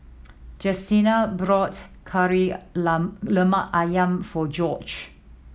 Justina bought Kari Lemak Ayam for Gorge